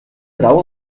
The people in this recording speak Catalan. grau